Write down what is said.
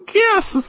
guess